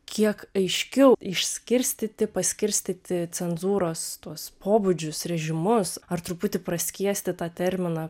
kiek aiškiau išskirstyti paskirstyti cenzūros tuos pobūdžius režimus ar truputį praskiesti tą terminą